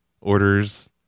orders